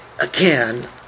again